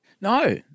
No